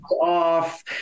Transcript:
off